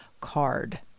card